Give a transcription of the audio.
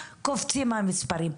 קופצים המספרים.